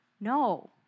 No